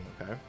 okay